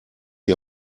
die